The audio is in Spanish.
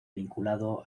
vinculado